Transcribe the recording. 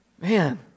Man